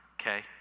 okay